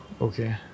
Okay